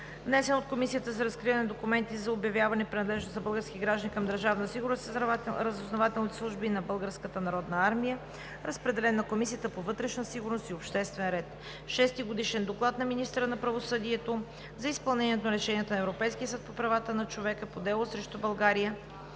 Вносител: Комисията за разкриване на документи и за обявяване на принадлежност на български граждани към Държавна сигурност и разузнавателните служби на Българската народна армия. Разпределен е на Комисията по вътрешна сигурност и обществен ред. Шести годишен доклад на министъра на правосъдието за изпълнението на решенията на Европейския съд по правата на човека по дело срещу България